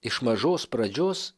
iš mažos pradžios